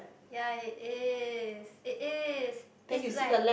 ya it is it is it's like